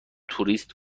توریست